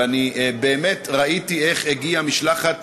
ואני באמת ראיתי איך הגיעה משלחת